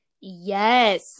yes